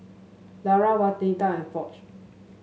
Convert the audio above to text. Lara Waneta and Foch